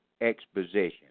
exposition